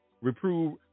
reprove